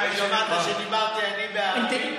לא שמעת שדיברתי אני בערבית?